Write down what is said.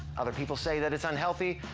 other people say that it's unhealthy,